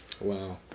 wow